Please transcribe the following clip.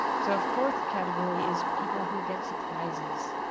so, a fourth category is people who get surprises.